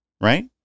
right